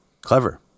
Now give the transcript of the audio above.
Clever